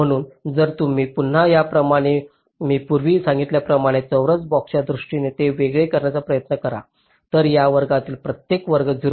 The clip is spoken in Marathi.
म्हणून जर तुम्ही पुन्हा याप्रमाणे मी पूर्वी सांगितल्याप्रमाणे चौरस बॉक्सच्या दृष्टीने ते वेगळे करण्याचा प्रयत्न करा तर या वर्गातील प्रत्येक वर्ग 0